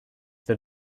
that